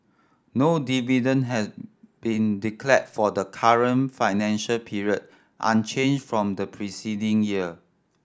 no dividend has been declared for the current financial period unchanged from the preceding year